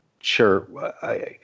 Sure